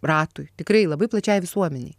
ratui tikrai labai plačiai visuomenei